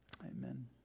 Amen